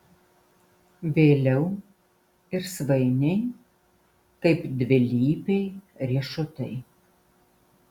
vėliau ir svainiai kaip dvilypiai riešutai